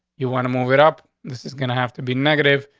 you want to move it up? this is gonna have to be negative.